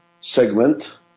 segment